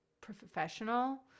professional